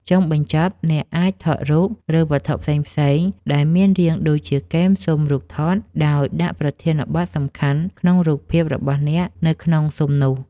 ចុងបញ្ចប់ អ្នកអាចថតរូប ឬវត្ថុផ្សេងៗ ដែលមានរាងដូចជាគែមស៊ុមរូបថត ដោយដាក់ប្រធានបទសំខាន់ក្នុងរូបថតរបស់អ្នកនៅក្នុងស៊ុមនោះ។